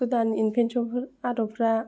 गोदान इनभेनसनफोर आदबफ्रा